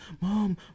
mom